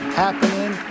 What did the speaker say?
happening